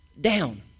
down